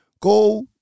Go